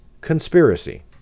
conspiracy